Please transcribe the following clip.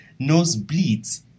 nosebleeds